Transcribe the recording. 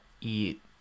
eat